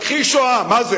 מכחיש שואה, מה זה